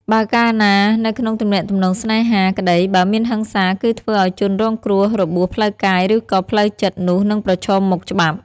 បើកាលណានៅក្នុងទំនាក់ទំនងស្នេហាក្តីបើមានហិង្សាគឺធ្វើឱ្យជនរងគ្រោះរបួសផ្លូវកាយឬក៏ផ្លូវចិត្តនោះនិងប្រឈមមុខច្បាប់។